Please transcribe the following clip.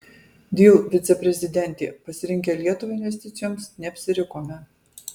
dell viceprezidentė pasirinkę lietuvą investicijoms neapsirikome